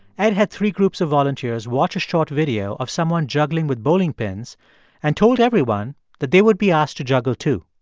ed had three groups of volunteers watch a short video of someone juggling with bowling pins and told everyone that they would be asked to juggle too.